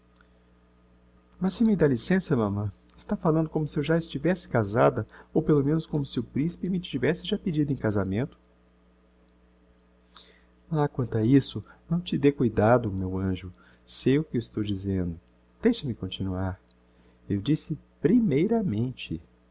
mas se me dá licença mamã está falando como se eu já estivesse casada ou pelo menos como se o principe me tivesse já pedido em casamento lá quanto a isso não te dê cuidado meu anjo sei o que estou dizendo deixa-me continuar eu disse primeiramente